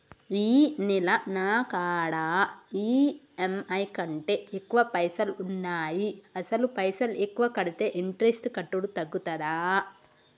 ఈ నెల నా కాడా ఈ.ఎమ్.ఐ కంటే ఎక్కువ పైసల్ ఉన్నాయి అసలు పైసల్ ఎక్కువ కడితే ఇంట్రెస్ట్ కట్టుడు తగ్గుతదా?